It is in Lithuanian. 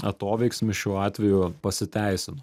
atoveiksmis šiuo atveju pasiteisino